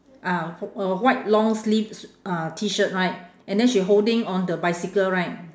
ah a white long sleeve s~ uh T-shirt right and then she holding on the bicycle right